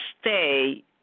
stay